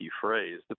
phrase